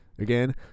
Again